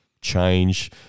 change